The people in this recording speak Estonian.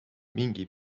mingi